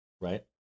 right